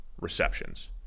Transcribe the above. receptions